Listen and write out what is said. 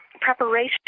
preparation